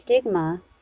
stigma